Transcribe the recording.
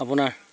আপোনাৰ